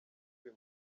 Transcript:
uyu